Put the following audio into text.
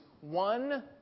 one